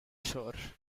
shore